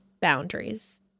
boundaries